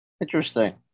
Interesting